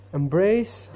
embrace